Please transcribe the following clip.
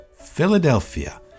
Philadelphia